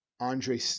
Andre